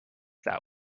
that